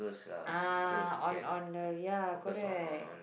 uh on on on the ya correct